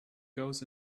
goes